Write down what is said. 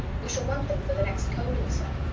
we shall want them for the next coaling, sir.